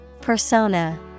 Persona